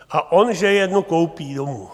A on, že jednu koupí domů.